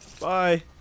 Bye